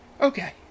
Okay